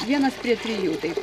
vienas prie trijų taip